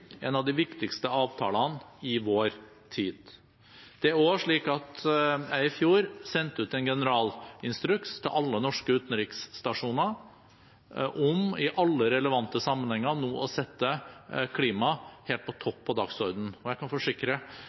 en av de viktigste avtalene i vår tid. Jeg sendte i fjor ut en generalinstruks til alle norske utenriksstasjoner om i alle relevante sammenhenger nå å sette klima helt på toppen på dagsordenen, og jeg kan forsikre